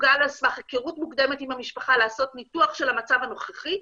מסוגל על סמך היכרות מוקדמת עם המשפחה לעשות ניתוח של המצב הנוכחי.